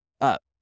up